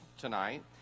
tonight